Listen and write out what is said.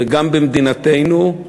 וגם במדינתנו.